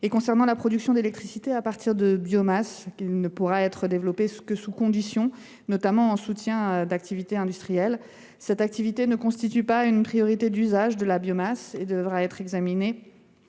à charbon. La production d’électricité à partir de biomasse ne pourra être développée que sous conditions, notamment en soutien d’activités industrielles. Cette activité ne constitue pas une priorité d’usage de la biomasse. Elle devra être examinée